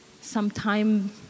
sometime